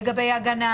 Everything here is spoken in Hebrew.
לגבי הגנה